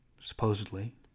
supposedly